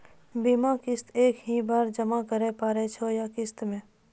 बीमा किस्त एक ही बार जमा करें पड़ै छै या किस्त मे?